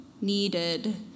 needed